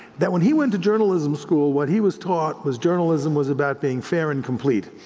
that when he went to journalism school what he was taught was journalism was about being fair and complete.